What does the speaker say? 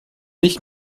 nicht